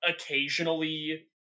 occasionally